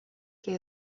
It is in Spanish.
que